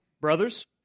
brothers